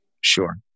Sure